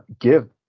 Give